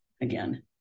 again